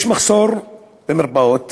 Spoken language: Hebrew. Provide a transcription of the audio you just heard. יש מחסור במרפאות